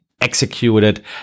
executed